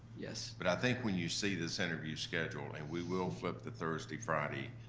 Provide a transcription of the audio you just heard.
yes. but i think when you see this interview schedule, and we will flip the thursday friday,